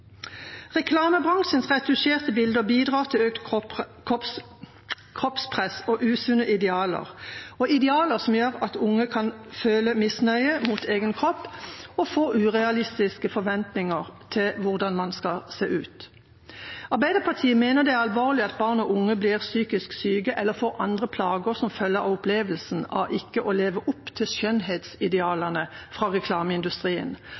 Reklamebransjens retusjerte bilder bidrar til økt kroppspress og usunne idealer, idealer som gjør at unge kan føle misnøye med egen kropp og få urealistiske forventninger til hvordan man skal se ut. Arbeiderpartiet mener det er alvorlig at barn og unge blir psykisk syke eller får andre plager som følge av opplevelsen av ikke å leve opp til skjønnhetsidealene fra reklameindustrien.